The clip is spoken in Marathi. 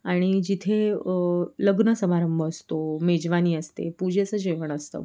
आणि जिथे लग्न समारंभ असतो मेजवानी असते पूजेचं जेवण असतं